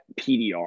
PDR